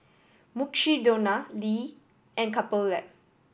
Mukshidonna Lee and Couple Lab